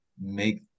make